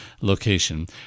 location